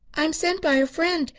i am sent by a friend,